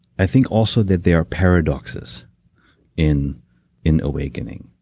i think also that there are paradoxes in in awakening,